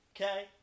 Okay